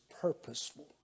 purposeful